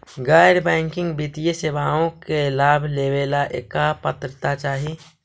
गैर बैंकिंग वित्तीय सेवाओं के लाभ लेवेला का पात्रता चाही?